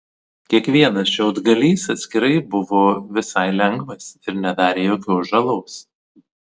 kiekvienas šiaudgalys atskirai buvo visai lengvas ir nedarė jokios žalos